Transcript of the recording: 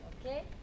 Okay